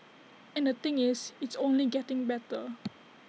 and the thing is it's only getting better